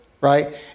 right